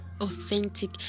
authentic